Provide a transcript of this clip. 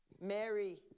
Mary